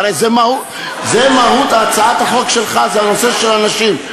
הרי זה מהות הצעת החוק שלך, הנושא של הנשים.